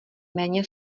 méně